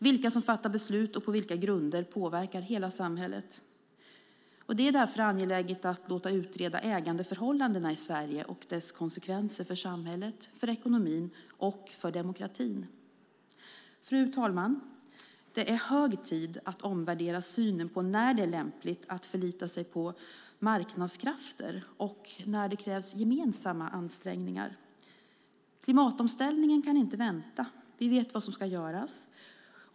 Vilka som fattar beslut och på vilka grunder de gör det påverkar hela samhället. Det är därför angeläget att låta utreda ägandeförhållandena i Sverige och deras konsekvenser för samhället, för ekonomin och för demokratin. Fru talman! Det är hög tid att omvärdera synen på när det är lämpligt att förlita sig på marknadskrafter och när det krävs gemensamma ansträngningar. Klimatomställningen kan inte vänta. Vi vet vad som ska göras.